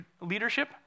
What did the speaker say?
leadership